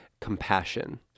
compassion